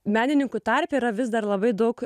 menininkų tarpe yra vis dar labai daug